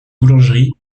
boulangerie